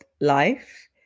life